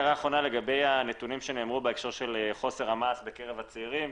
הערה אחרונה לגבי הנתונים שנאמרו בהקשר של חוסר המעש בקרב הצעירים.